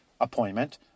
appointment